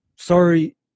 sorry